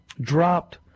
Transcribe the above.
dropped